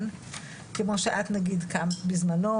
כמו שאת נגיד קמת בזמנו,